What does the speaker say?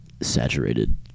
saturated